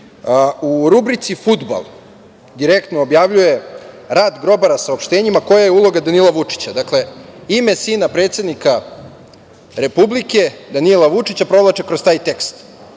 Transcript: Rubrici „Fudbal“ direktno objavljuje – rat grobara, saopštenjima koja je uloga Danila Vučića. Dakle, ime sina predsednika Republike Danila Vučića provlače kroz taj tekst